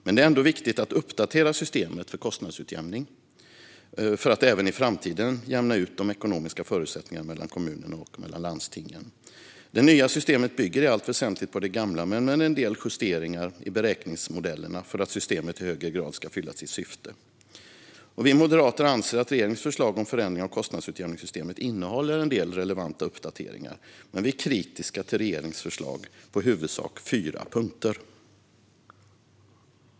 Men det är ändå viktigt att uppdatera systemet för kostnadsutjämning för att även i framtiden jämna ut de ekonomiska förutsättningarna mellan kommuner och landsting. Det nya systemet bygger i allt väsentligt på det gamla men med en del justeringar i beräkningsmodellerna för att systemet i högre grad ska fylla sitt syfte. Vi moderater anser att regeringens förslag om förändring av kostnadsutjämningssystemet innehåller en del relevanta uppdateringar, men vi är kritiska till regeringens förslag på i huvudsak fyra punkter.